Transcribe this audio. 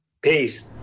Peace